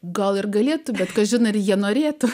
gal ir galėtų bet kažin ar jie norėtų